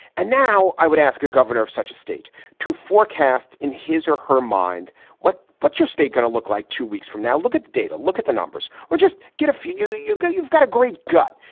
and now i would ask a governor of such a state to forecast in his or her mind what what's your state going to look like two weeks from now? look at the data. look at the numbers. we'll just get a figure that you can you've got a great gut.